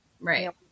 right